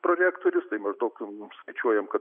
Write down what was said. prorektorius tai maždaug mum skaičiuojam kad